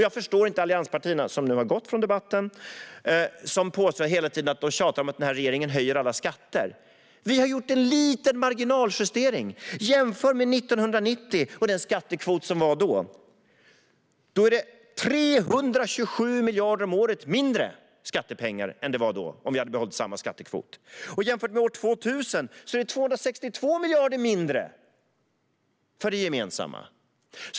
Jag förstår inte allianspartierna - de har nu gått härifrån - som hela tiden tjatar om att denna regering höjer alla skatter. Vi har gjort en liten marginaljustering. Jämför med 1990 och den skattekvot som var då! Det är 327 miljarder om året mindre i skattepengar än det var då, om vi hade behållit samma skattekvot. Och jämfört med år 2000 är det 262 miljarder mindre för det gemensamma.